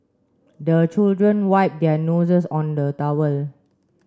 the children wipe their noses on the towel